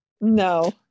no